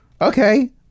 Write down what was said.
Okay